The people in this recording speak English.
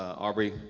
aubrey,